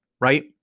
right